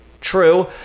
True